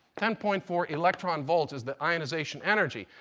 ten point four electron volts is the ionization energy.